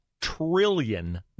trillion